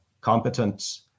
competence